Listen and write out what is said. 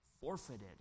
forfeited